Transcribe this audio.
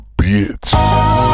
bitch